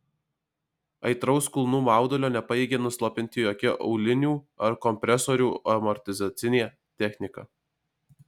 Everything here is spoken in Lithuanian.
aitraus kulnų maudulio nepajėgė nuslopinti jokia aulinių ar kompresorių amortizacinė technika